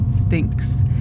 stinks